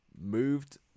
moved